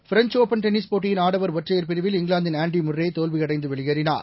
French open tennis போட்டியின் ஆடவர் ஒற்றையர் பிரிவில் இங்கிலாந்தின் ஆன்டி முர்ரே தோல்வியடந்து வெளியேறினார்